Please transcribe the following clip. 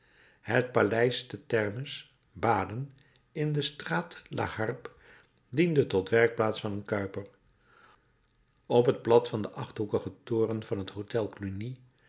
het paleis der thermes baden in de straat la harpe diende tot werkplaats van een kuiper op het plat van den achthoekigen toren van het hotel